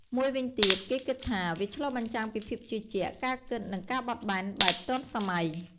មួយវិញទៀត គេគិតថា វាឆ្លុះបញ្ជាំងពីភាពជឿជាក់ ការគិត និង ការបត់បែនបែបទាន់សម័យ។